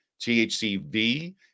THCV